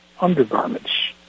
undergarments